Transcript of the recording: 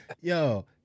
yo